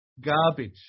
garbage